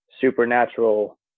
supernatural